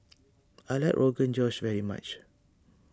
I like Rogan Josh very much